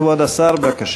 כבוד השר, בבקשה.